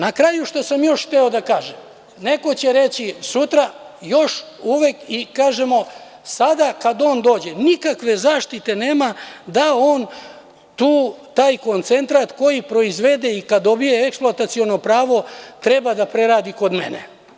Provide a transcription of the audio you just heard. Na kraju, što sam još hteo da kažem, neko će reći sutra, još uvek i kažemo – sada kad on dođe nikakve zaštite nema da on taj koncentrat koji proizvede, i kad dobije eksploataciono pravo, treba da preradi kod mene.